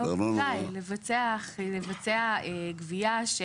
לבצע גבייה של